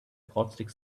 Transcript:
caustic